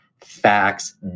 facts